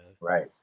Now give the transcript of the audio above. Right